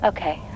Okay